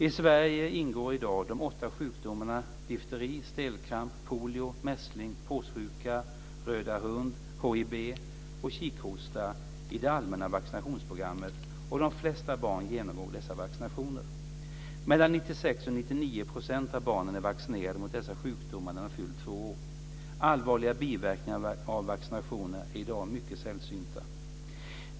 I Sverige ingår i dag de åtta sjukdomarna difteri, stelkramp, polio, mässling, påssjuka, röda hund, HIB och kikhosta i det allmänna vaccinationsprogrammet, och de flesta barn genomgår dessa vaccinationer. Mellan 96 och 99 % av barnen är vaccinerade mot dessa sjukdomar när de fyller två år. Allvarliga biverkningar av vaccinationer är i dag mycket sällsynta.